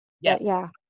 Yes